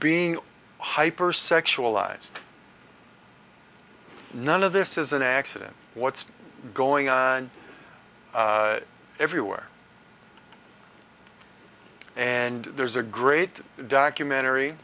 being hyper sexualized none of this is an accident what's going on everywhere and there's a great documentary